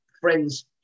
friends